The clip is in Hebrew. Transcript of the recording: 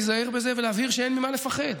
להיזהר בזה ולהבהיר שאין ממה לפחד.